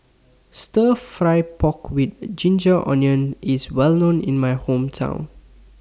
Stir Fry Pork with Ginger Onions IS Well known in My Hometown